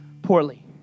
poorly